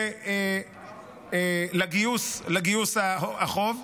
לגיוס החוב,